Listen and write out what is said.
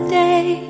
day